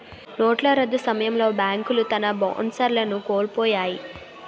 నోట్ల రద్దు సమయంలో బేంకులు తన బోనస్లను కోలుపొయ్యాయి